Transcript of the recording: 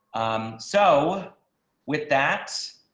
so with that,